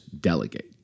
delegate